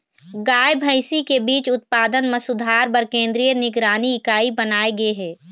गाय, भइसी के बीज उत्पादन म सुधार बर केंद्रीय निगरानी इकाई बनाए गे हे